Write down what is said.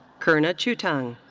kherna tchoutang.